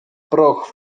proch